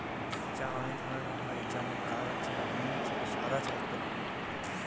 চা অনেক ধরনের হয় যেমন কাল চা, গ্রীন চা, সাদা চা ইত্যাদি